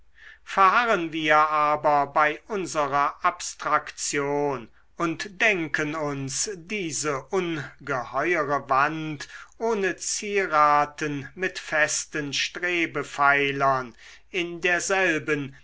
verharren wir aber bei unserer abstraktion und denken uns diese ungeheuere wand ohne zieraten mit festen strebepfeilern in derselben